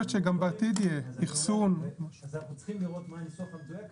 אנחנו צריכים לראות מה הניסוח המדויק,